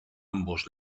ambos